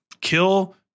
Kill